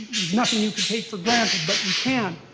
there's nothing you can take for granted. but you can.